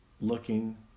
looking